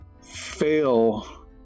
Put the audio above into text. fail